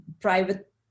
private